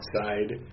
outside